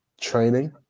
training